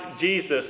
Jesus